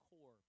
core